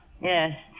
Yes